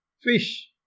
Fish